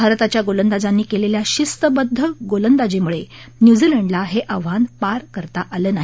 भारताच्या गोलंदाजांनी केलेल्या शिस्तबद्ध गोलंदाजीमुळे न्युझीलंडला हे आव्हान पार करता आलं नाही